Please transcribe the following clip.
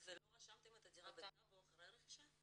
לא רשמתם את הדירה בטאבו אחרי הרכישה?